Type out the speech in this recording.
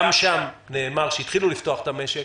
גם שם נאמר שהתחילו לפתוח את המשק.